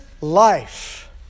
life